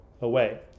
away